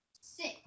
Six